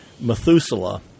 Methuselah